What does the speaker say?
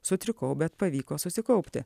sutrikau bet pavyko susikaupti